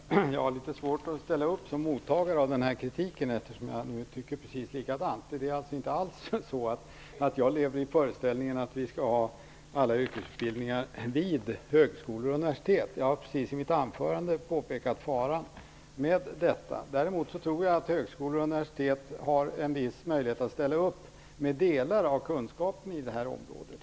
Fru talman! Jag har litet svårt att ställa upp som mottagare av den här kritiken eftersom jag tycker precis likadant. Det är alltså inte så att jag lever i föreställningen att vi skall ha alla yrkesutbildningarna vid högskolor och universitet. Jag har precis påpekat faran med detta i mitt anförande. Däremot tror jag att högskolor och universitet har en viss möjlighet att ställa upp med delar av kunskapen på det här området.